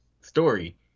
story